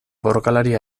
borrokalari